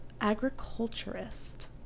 Agriculturist